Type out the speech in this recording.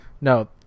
No